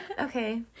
okay